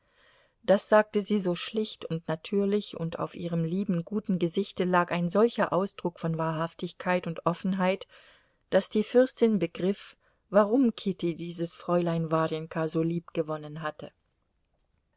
das sagte sie so schlicht und natürlich und auf ihrem lieben guten gesichte lag ein solcher ausdruck von wahrhaftigkeit und offenheit daß die fürstin begriff warum kitty dieses fräulein warjenka so liebgewonnen hatte